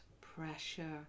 pressure